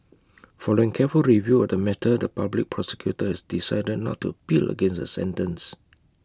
following careful review of the matter the Public Prosecutor has decided not to appeal against the sentence